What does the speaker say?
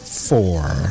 four